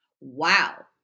Wow